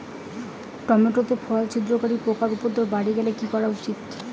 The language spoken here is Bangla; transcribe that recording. টমেটো তে ফল ছিদ্রকারী পোকা উপদ্রব বাড়ি গেলে কি করা উচিৎ?